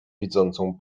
widzącą